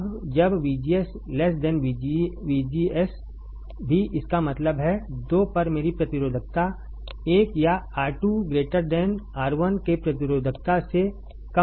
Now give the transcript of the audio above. अब जब VGS VGS भी इसका मतलब है 2 पर मेरी प्रतिरोधकता 1 या R2 R1 के प्रतिरोधकता से कम है